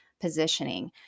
positioning